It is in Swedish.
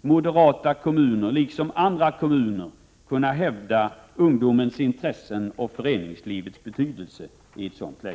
moderata kommuner, liksom andra kommuner, kunna hävda ungdomens intressen och föreningslivets betydelse i ett sådant läge?